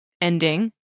ending